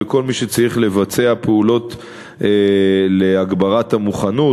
וכל מי שצריך לבצע פעולות להגברת המוכנות